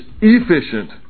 efficient